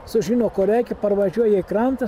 sužino ko reikia parvažiuoja į kranta